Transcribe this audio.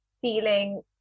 feeling